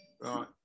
Right